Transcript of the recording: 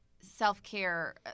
self-care